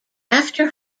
after